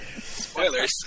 Spoilers